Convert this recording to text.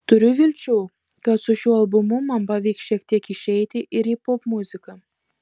turiu vilčių kad su šiuo albumu man pavyks šiek tiek išeiti ir į popmuziką